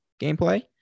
gameplay